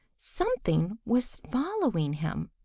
something was following him.